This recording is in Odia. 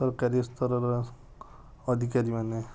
ସରକାରୀସ୍ତରର ଅଧିକାରୀମାନେ